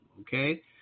okay